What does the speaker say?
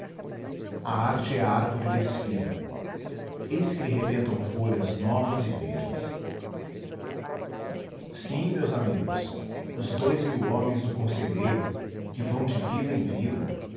a árvore despida eis que lhe rebentam folhas novas e verdes sim meus amigos os dous mil homens do conselheiro que vão de vila em vila